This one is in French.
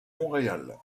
montréal